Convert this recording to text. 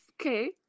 okay